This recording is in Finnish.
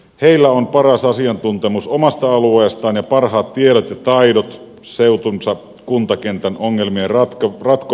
heillä on paras asiantuntemus omasta alueestaan ja parhaat tiedot ja taidot seutunsa kuntakentän ongelmien ratkomiseen